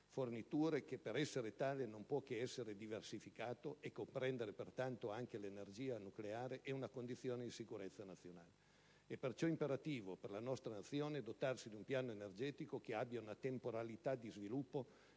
forniture stesse, che per essere tale non può che essere diversificato e comprendere pertanto anche l'energia nucleare, è una condizione di sicurezza nazionale. È perciò imperativo per la nostra Nazione dotarsi di un piano energetico che abbia una temporalità di sviluppo,